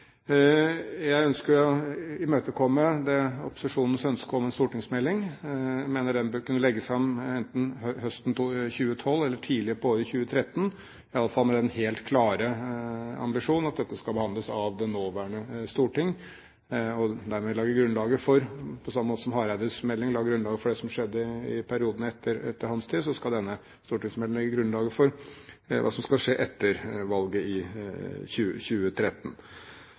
Jeg ønsker å imøtekomme opposisjonens ønske om en stortingsmelding. Jeg mener den bør kunne legges fram enten høsten 2012 eller tidlig på året 2013. Jeg har i alle fall den helt klare ambisjon at dette skal behandles av det nåværende storting, og at den meldingen dermed – på samme måte som Hareides melding la grunnlag for det som skjedde i perioden etter hans tid – skal legge grunnlag for hva som skal skje etter valget i 2013.